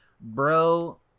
bro